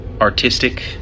artistic